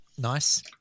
nice